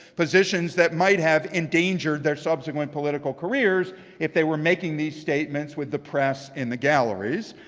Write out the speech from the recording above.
positions that might have endangered their subsequent political careers if they were making these statements with the press in the galleries.